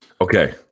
Okay